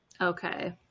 okay